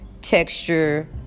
texture